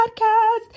podcast